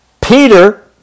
Peter